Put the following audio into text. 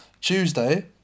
Tuesday